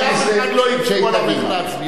שאף אחד לא, איך להצביע.